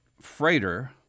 freighter